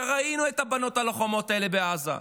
וראינו את הבנות הלוחמות האלה בעזה.